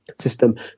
system